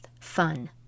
fun